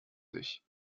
sich